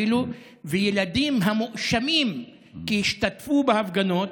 וילדים המואשמים כי השתתפו בהפגנות,